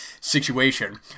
situation